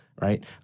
right